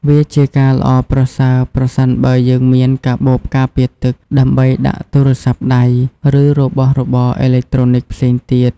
វាជាការល្អប្រសើរប្រសិនបើយើងមាន កាបូបការពារទឹក ដើម្បីដាក់ទូរស័ព្ទដៃ ឬរបស់របរអេឡិចត្រូនិកផ្សេងទៀត។